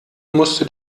musste